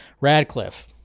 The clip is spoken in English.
Radcliffe